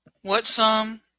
what-sum